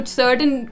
certain